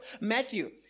Matthew